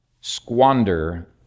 squander